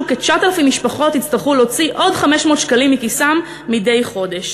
כ-9,000 משפחות יצטרכו להוציא עוד 500 שקלים מכיסן מדי חודש.